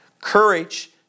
Courage